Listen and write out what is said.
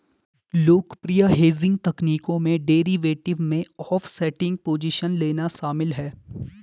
लोकप्रिय हेजिंग तकनीकों में डेरिवेटिव में ऑफसेटिंग पोजीशन लेना शामिल है